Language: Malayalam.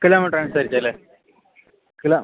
കിലോമീറ്റർ അനുസരിച്ചല്ലേ കിലോ